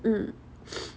mm